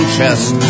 chest